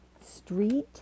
street